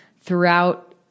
throughout